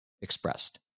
expressed